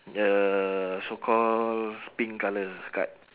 the so call pink colour card